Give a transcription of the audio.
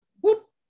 whoop